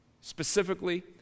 specifically